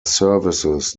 services